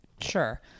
Sure